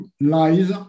lies